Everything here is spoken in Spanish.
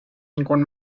ningún